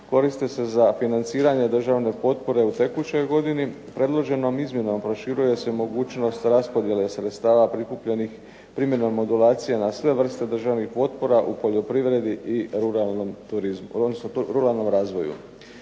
koriste se za financiranje državne potpore u tekućoj godini. Predloženom izmjenom proširuje se mogućnost raspodjele sredstava prikupljenih primjenom modulacija na sve vrste državnih potpora u poljoprivredi i ruralnom razvoju.